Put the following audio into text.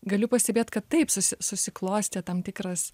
galiu pastebėt kad taip susiklostė tam tikras